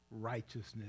righteousness